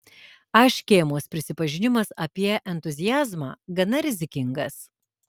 a škėmos prisipažinimas apie entuziazmą gana rizikingas